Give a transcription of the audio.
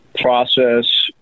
process